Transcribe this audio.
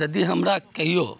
यदि हमरा कहियो